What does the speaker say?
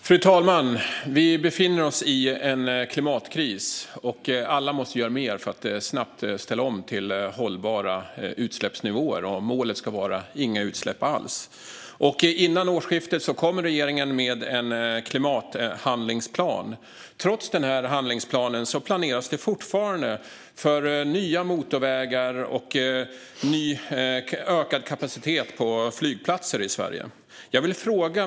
Fru talman! Vi befinner oss i en klimatkris, och alla måste göra mer för att snabbt ställa om till hållbara utsläppsnivåer. Målet ska vara inga utsläpp alls. Före årsskiftet kom regeringen med en klimathandlingsplan. Trots denna handlingsplan planeras det fortfarande för nya motorvägar och ökad kapacitet på flygplatser i Sverige.